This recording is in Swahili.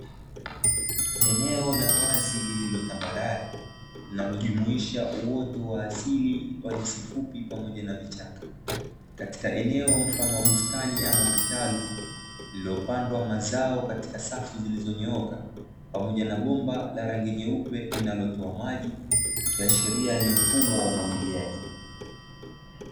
Eneo la wazi lililotambarale linalojumuisha uoto wa asili wa nyasi fupi pamoja na vichaka. Katika eneo mfano wa bustani ama kitalu lililopandwa mazao katika safu zilizonyooka, pamoja na bomba la rangi nyeupe linalotoa maji ikiashiria ni mfumo wa umwagiliaji.